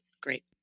great